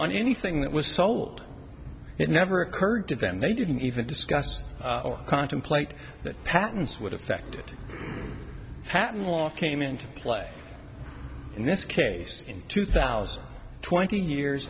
on anything that was sold it never occurred to them they didn't even discuss contemplate that patents would affect patent law came into play in this case in two thousand twenty years